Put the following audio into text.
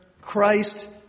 Christ